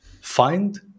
Find